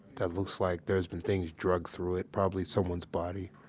that looks like there's been things drug through it. probably someone's body.